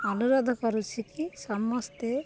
ଅନୁରୋଧ କରୁଛି କି ସମସ୍ତେ